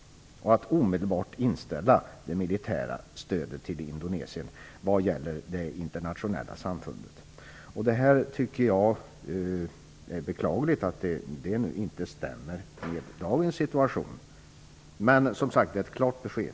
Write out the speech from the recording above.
Man ville också att det internationella samfundet omedelbart skulle inställa stödet till Indonesien. Jag tycker det är beklagligt att detta inte stämmer med dagens situation, men det är i alla fall, som sagt, ett klart besked.